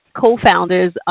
co-founders